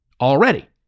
already